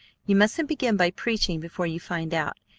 you mustn't begin by preaching before you find out.